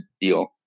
deal